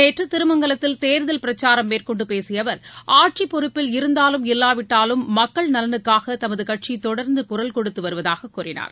நேற்று திருமங்கலத்தில் தேர்தல் பிரச்சாரம் மேற்கொண்டு பேசிய அவர் ஆட்சிப் பொறுப்பில் இருந்தாலும் இல்லாவிட்டாலும் மக்கள் நலனுக்காக தமது கட்சி தொடர்ந்து குரல் கொடுத்து வருவதாக கூறினார்